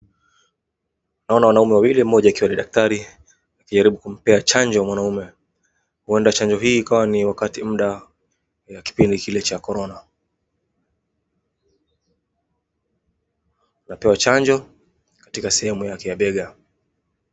Naona wanaume wawili mmoja akiwa ni daktari akijaribu kumpea chanjo mwanaume huenda chanjo ni kipindi cha kile cha Corona, anapewa chanjo katika sehemu yake ya bega.